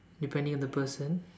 depending on the person